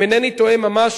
אם איני טועה ממש,